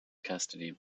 custody